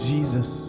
Jesus